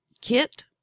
Kit